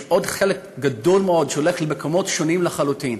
יש עוד חלק גדול מאוד שהולך למקומות שונים לחלוטין.